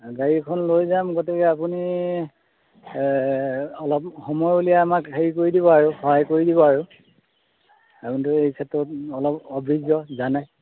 গাড়ী এখন লৈ যাম গতিকে আপুনি অলপ সময় উলিয়াই আমাক হেৰি কৰি দিব আৰু সহায় কৰি দিব আৰু আপুনিতো এই ক্ষেত্ৰত অলপ অভিজ্ঞ জানে